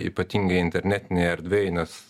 ypatingai internetinėj erdvėj nes